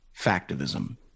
factivism